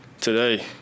today